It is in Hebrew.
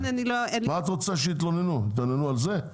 מה את רוצה שיתלוננו, יתלוננו על זה?